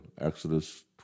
Exodus